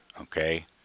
Okay